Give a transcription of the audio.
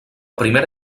primera